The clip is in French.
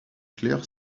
claire